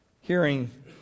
hearing